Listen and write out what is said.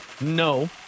no